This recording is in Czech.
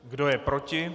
Kdo je proti?